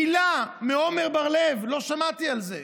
מילה מעמר בר לב לא שמעתי על זה.